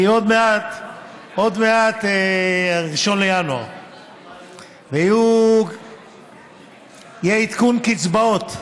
כי עוד מעט 1 בינואר ויהיה עדכון קצבאות.